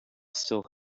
still